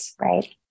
Right